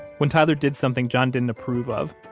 when tyler did something john didn't approve of,